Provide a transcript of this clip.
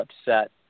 upset